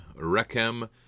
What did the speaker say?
Rechem